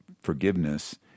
forgiveness